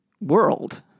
world